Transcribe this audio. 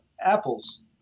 apples